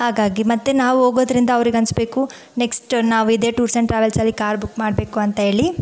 ಹಾಗಾಗಿ ಮತ್ತು ನಾವು ಹೋಗೋದ್ರಿಂದ ಅವ್ರಿಗನ್ಸ್ಬೇಕು ನೆಕ್ಸ್ಟ್ ನಾವು ಇದೇ ಟೂರ್ಸ್ ಆ್ಯಂಡ್ ಟ್ರಾವೆಲ್ಸಲ್ಲಿ ಕಾರ್ ಬುಕ್ ಮಾಡಬೇಕು ಅಂತ ಹೇಳಿ